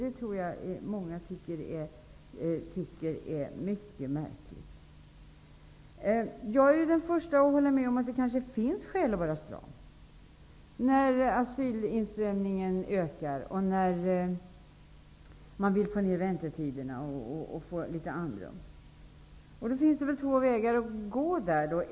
Det tror jag att många tycker är mycket märkligt. Jag är den första att hålla med om att det kanske finns skäl att vara stram när asylinströmningen ökar och man vill få ner väntetiderna och få litet andrum. Det finns här två vägar att gå.